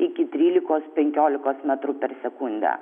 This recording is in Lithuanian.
iki trylikos penkiolikos metrų per sekundę